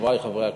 חברי חברי הכנסת,